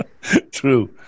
True